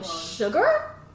sugar